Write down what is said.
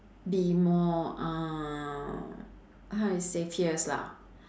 be more uh how you say fierce lah